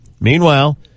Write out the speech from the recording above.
Meanwhile